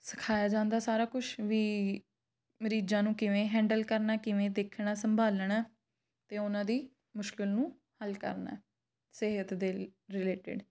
ਸਿਖਾਇਆ ਜਾਂਦਾ ਸਾਰਾ ਕੁਛ ਵੀ ਮਰੀਜ਼ਾਂ ਨੂੰ ਕਿਵੇਂ ਹੈਂਡਲ ਕਰਨਾ ਕਿਵੇਂ ਦੇਖਣਾ ਸੰਭਾਲਣਾ ਅਤੇ ਉਹਨਾਂ ਦੀ ਮੁਸ਼ਕਿਲ ਨੂੰ ਹੱਲ ਕਰਨਾ ਸਿਹਤ ਦੇ ਰਿਲੇਟਡ